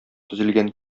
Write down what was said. төзелгән